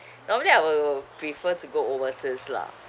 normally I will prefer to go overseas lah